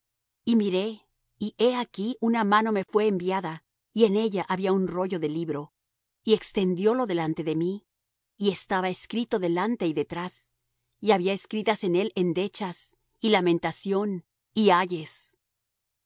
y miré y he aquí una mano me fué enviada y en ella había un rollo de libro y extendiólo delante de mí y estaba escrito delante y detrás y había escritas en él endechas y lamentación y ayes